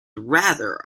rather